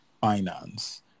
finance